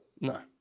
No